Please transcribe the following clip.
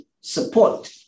support